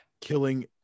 killing